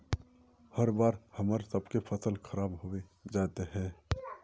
हर बार हम्मर सबके फसल खराब होबे जाए है?